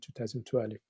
2012